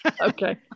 Okay